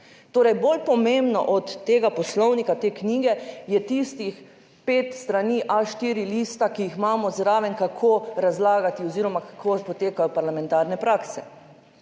Torej, bolj pomembno od tega Poslovnika te knjige je tistih pet strani, a štiri liste, ki jih imamo zraven, kako razlagati oziroma kako potekajo parlamentarne prakse.